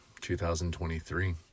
2023